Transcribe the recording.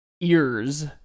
ears